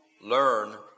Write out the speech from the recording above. Learn